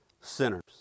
sinners